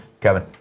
Kevin